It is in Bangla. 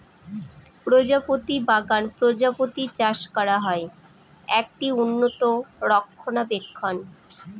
প্রজাপতি বাগান প্রজাপতি চাষ করা হয়, একটি উন্নত রক্ষণাবেক্ষণ